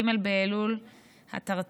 ג' באלול התרצ"ה.